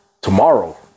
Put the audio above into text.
Tomorrow